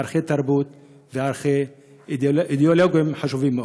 ערכי תרבות וערכים אידאולוגיים חשובים מאוד.